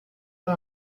are